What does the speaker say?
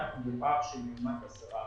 בפער של כמעט 10 אחוזים.